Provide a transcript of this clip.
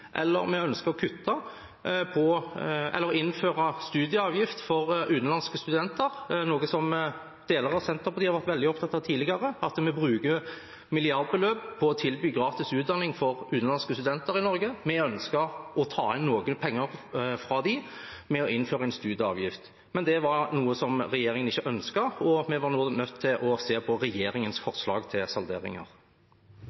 vi ønsket å innføre studieavgift for utenlandske studenter, noe som deler av Senterpartiet har vært veldig opptatt av tidligere. Vi bruker milliardbeløp på å tilby gratis utdanning for utenlandske studenter i Norge. Vi ønsket å ta inn noe penger fra dem ved å innføre en studieavgift. Men det var noe regjeringen ikke ønsket, og vi var nødt til å se på regjeringens